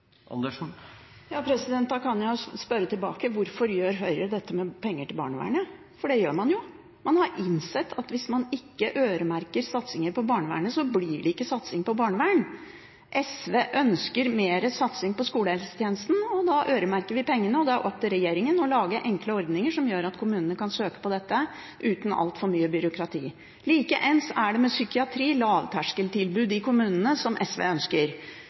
Da kan jeg jo spørre tilbake: Hvorfor gjør Høyre dette med penger til barnevernet? For det gjør man jo. Man har innsett at hvis man ikke øremerker satsinger på barnevernet, blir det ikke satsing på barnevern. SV ønsker mer satsing på skolehelsetjenesten, og da øremerker vi pengene. Det er opp til regjeringen å lage enkle ordninger som gjør at kommunene kan søke på dette uten altfor mye byråkrati. Likeens er det innenfor psykiatri, med lavterskeltilbud i kommunene, som SV ønsker.